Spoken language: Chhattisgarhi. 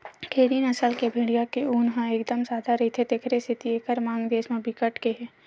खेरी नसल के भेड़िया के ऊन ह एकदम सादा रहिथे तेखर सेती एकर मांग देस म बिकट के हे